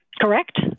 Correct